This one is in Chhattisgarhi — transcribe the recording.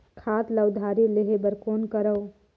खाद ल उधारी लेहे बर कौन करव?